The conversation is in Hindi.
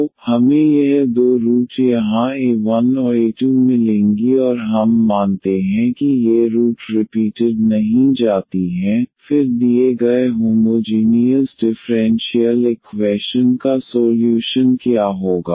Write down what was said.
तो हमें यह दो रूट यहां a1 और a2 मिलेंगी और हम मानते हैं कि ये रूट रिपीटेड नहीं जाती हैं फिर दिए गए होमोजीनीयस डिफ़्रेंशियल इक्वैशन का सोल्यूशन क्या होगा